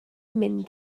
mynd